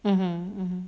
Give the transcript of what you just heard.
mmhmm mmhmm